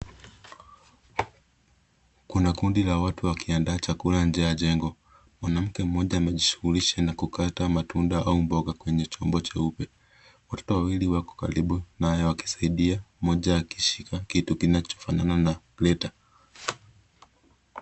Kuna kundi la watu wakiandaa chakula nje ya jengo. Mwanamke mmoja amejishughulisha na kukata matunda au mboga kwenye chombo cheupe. Wote wawili wakisaidia mmoja akishika kitu kinachofanana na grater .